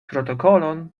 protokolon